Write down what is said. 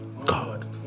God